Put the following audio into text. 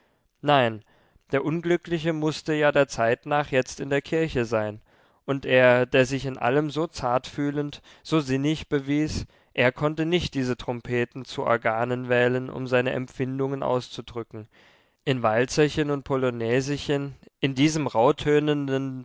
nein der unglückliche mußte ja der zeit nach jetzt in der kirche sein und er der sich in allem so zartfühlend so sinnig bewies er konnte nicht diese trompeten zu organen wählen um seine empfindungen auszudrücken in walzerchen und polonaisechen in diesem